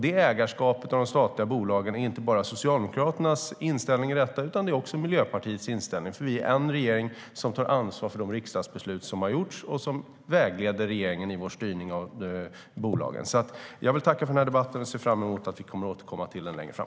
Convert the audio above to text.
Detta är inte bara Socialdemokraternas inställning till ägarskapet i de statliga bolagen, utan också Miljöpartiets. Vi är en regering som tar ansvar för de riksdagsbeslut som fattats. Dessa beslut vägleder regeringen i vår styrning av bolagen. Jag tackar än en gång för debatten. Jag ser fram emot att vi återkommer till frågan längre fram.